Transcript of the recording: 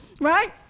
Right